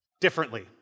differently